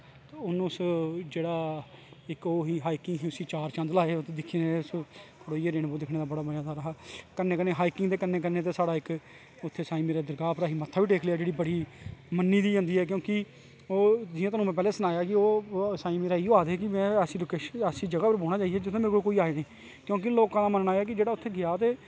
हून उस जेह्ड़ा इक ओह् जेह्ड़ा हाइकिंग ही उसी चार चंद लाए दे हे खड़ोईयै दिक्खनें दा बड़ा मज़ा आ दा हा कन्नैं कन्नैं हाईकिंग ते कन्नैं कन्नैं साढ़ा इक उत्थें साईं मीरा दरगाह् पर मत्था बी टेकी लेआ जेह्ड़ी बड़ी मन्नी दी होंदी ऐ जियां में तुहानू पैह्लैं सनाया कि ओह् साईं मीरा इयो आखदे कि ऐसा जगह् पर बौह्नां जित्थें कोई आए नेंई क्योंकि लोकें दा मन्नना ऐ कि जेह्का उत्थें गेआ ते